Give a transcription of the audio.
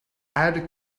add